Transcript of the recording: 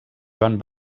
joan